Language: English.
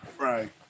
Right